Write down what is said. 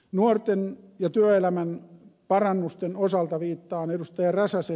nuorten ja työelämän parannusten osalta viittaan ed